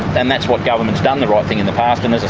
and that's what government's done the right thing in the past and, as